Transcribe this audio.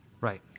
Right